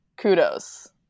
kudos